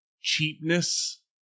cheapness